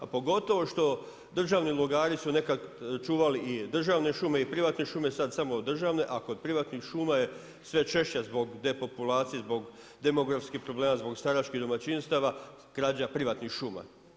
A pogotovo što, državni lugari su nekada čuvali i državne šume i privatne šume, sada samo državne a kod privatnih šuma je sve češće zbog depopulacije, zbog demografskih problema, zbog staračkih domaćinstava krađa privatnih šuma.